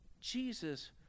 Jesus